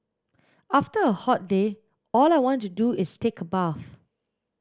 after a hot day all I want to do is take a bath